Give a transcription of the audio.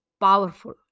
powerful